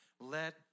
Let